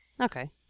Okay